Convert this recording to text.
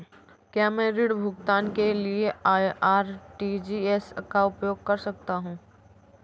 क्या मैं ऋण भुगतान के लिए आर.टी.जी.एस का उपयोग कर सकता हूँ?